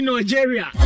Nigeria